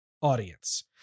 audience